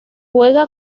juega